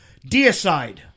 deicide